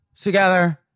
together